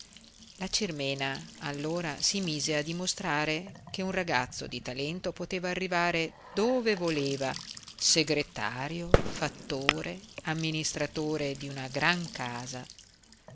la cirmena allora si mise a dimostrare che un ragazzo di talento poteva arrivare dove voleva segretario fattore amministratore di una gran casa